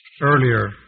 earlier